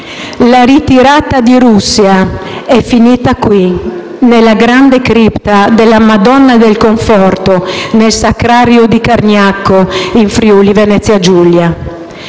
La ritirata di Russia è finita qui, nella grande cripta della Madonna del conforto nel sacrario di Cargnacco, in Friuli-Venezia Giulia.